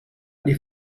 gli